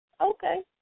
Okay